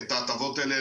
את ההטבות האלה.